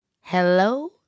Hello